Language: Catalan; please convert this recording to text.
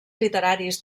literaris